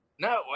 No